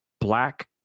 black